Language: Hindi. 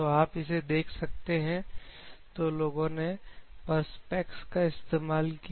तो आप इसे देख सकते हैं तो लोगों ने परस्पेक्स का इस्तेमाल किया